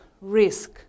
risk